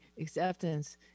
Acceptance